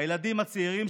הילדים הצעירים,